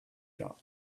shop